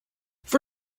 for